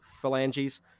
phalanges